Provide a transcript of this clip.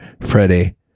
Freddie